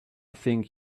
think